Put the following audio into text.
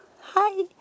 Hi